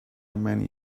many